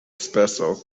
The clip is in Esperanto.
speso